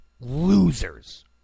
losers